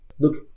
look